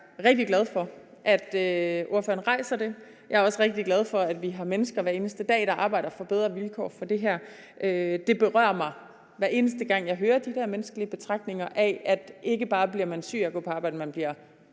Jeg er rigtig glad for, at ordføreren rejser det. Jeg er også rigtig glad for, at vi har mennesker, der hver eneste dag arbejder for bedre vilkår i forhold til det her. Det berører mig, hver eneste gang jeg hører de der beretninger om mennesker, der ikke bare bliver syge af at gå på arbejde, men bliver